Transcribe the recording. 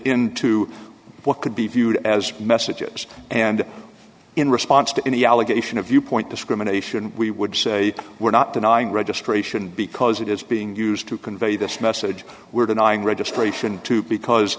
into what could be viewed as messages and in response to any allegation of viewpoint discrimination we would say we're not denying registration because it is being used to convey this message we're denying registration to because